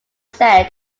said